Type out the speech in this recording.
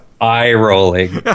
eye-rolling